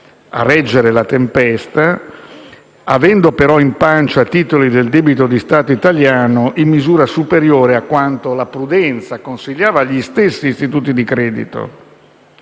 a reggere la tempesta, avendo però in pancia titoli del debito di Stato italiano in misura superiore a quanto la prudenza consigliava agli stessi istituti di credito